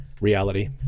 reality